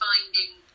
finding